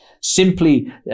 Simply